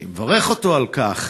ואני מברך אותו על כך,